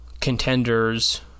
contenders